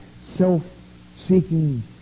self-seeking